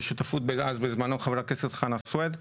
בשותפות אז בזמנו חבר הכנסת חנא סוויד.